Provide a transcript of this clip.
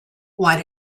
why